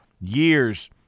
years –